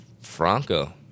Franco